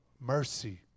mercy